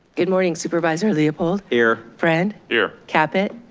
good morning supervisor leopold? here. friend? here. caput?